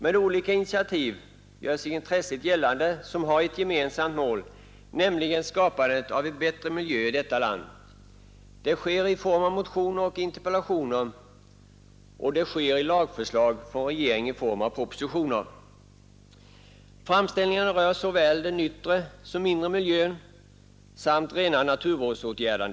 Med olika initiativ gör sig ett intresse gällande som har ett gemensamt mål, nämligen skapandet av en bättre miljö i detta land. Det sker i form av motioner och interpellationer, och det sker i form av lagförslag från regeringen. Framställningarna rör såväl den yttre som den inre miljön samt rena naturvårdsåtgärder.